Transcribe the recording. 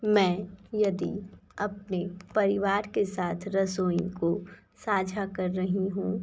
मैं यदि अपने परिवार के साथ रसोई को साझा कर रही हूँ